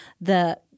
the-